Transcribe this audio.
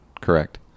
correct